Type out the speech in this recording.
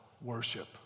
worship